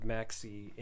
Maxi